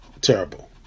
terrible